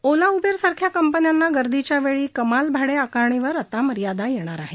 ओला Uber सारख्या कंपन्यांना गर्दीच्या वेळी कमाल भाडे आकारणीवर आता मर्यादा येणार आहे